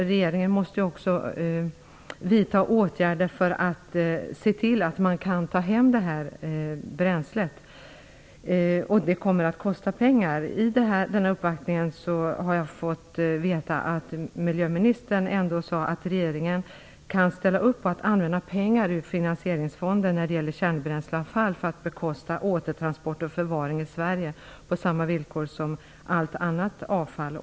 Regeringen måste också vidta åtgärder för att kunna ta hem bränslet till Sverige, vilket kommer att kosta pengar. Jag har också fått veta att miljöministern vid denna uppvaktning sade att regeringen kan medverka till att ställa pengar till förfogande ur Finansieringsfonden när det gäller kärnbränsleavfall, för att bekosta återtransport till och förvaring i Sverige på samma villkor som för allt annat avfall.